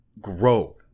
grow